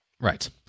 right